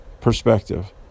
Perspective